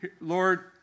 Lord